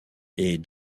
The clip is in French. est